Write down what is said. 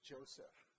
Joseph